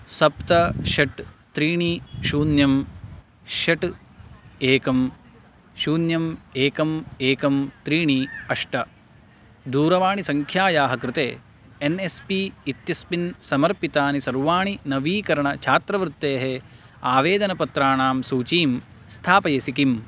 सप्त षट् त्रीणि शून्यं षट् एकं शून्यम् एकम् एकं त्रीणि अष्ट दूरवाणीसङ्ख्यायाः कृते एन् एस् पी इत्यस्मिन् समर्पितानि सर्वाणि नवीकरणछात्रवृत्तेः आवेदनपत्राणां सूचीं स्थापयसि किम्